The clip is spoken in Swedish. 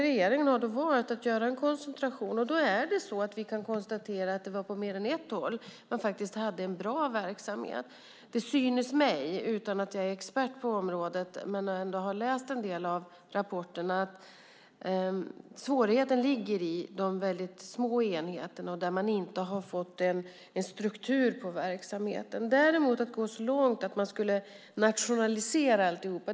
Regeringen har valt att göra en koncentration, och vi kan konstatera att man på mer än ett håll faktiskt hade en bra verksamhet. Det synes mig, utan att jag är expert på området men ändå har läst en del av rapporterna, att svårigheten ligger i de väldigt små enheterna där man inte har fått en struktur på verksamheten. Jag tror däremot inte på att gå så långt som att nationalisera alltihop.